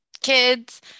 kids